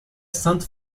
sainte